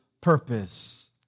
purpose